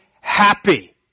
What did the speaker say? happy